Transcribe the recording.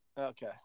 okay